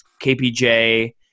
KPJ